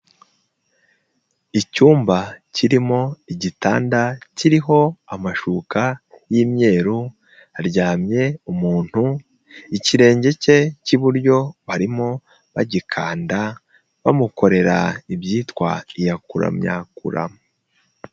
Icyumba kirimo igitanda kiriho amashuka y'imyeru, haryamye umuntu, ikirenge cye cy'iburyo barimo bagikanda, bamukorera ibyitwa myakura myakura.